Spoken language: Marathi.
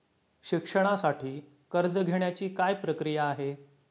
शिक्षणासाठी कर्ज घेण्याची काय प्रक्रिया आहे?